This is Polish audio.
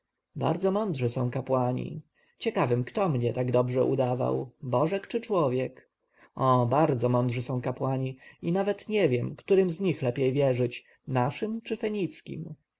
bardzo mądrzy są kapłani ciekawym kto mnie tak dobrze udawał bożek czy człowiek o bardzo mądrzy są kapłani i nawet nie wiem którym z nich lepiej wierzyć naszym czy